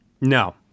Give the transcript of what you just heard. No